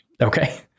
Okay